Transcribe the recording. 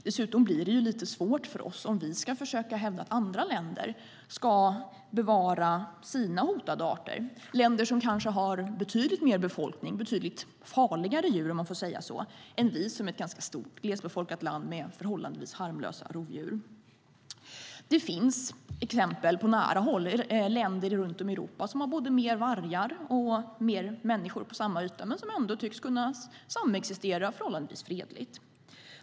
Dessutom blir det lite svårt för oss om vi ska försöka hävda att andra länder ska bevara sina hotade arter - länder som kanske har betydligt större befolkningar och betydligt farligare djur, om man får säga så, än vi som är ett ganska stort och glesbefolkat land med förhållandevis harmlösa rovdjur. Det finns exempel på nära håll i form av länder runt om i Europa som har både mer vargar och mer människor på samma yta men där man ändå tycks kunna samexistera förhållandevis fredligt.